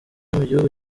mugihugu